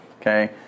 okay